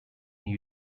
new